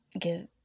get